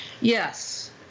Yes